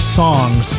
songs